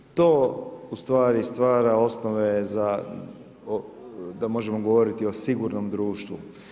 To ustvari stvara osnove za da možemo govoriti o sigurnom društvu.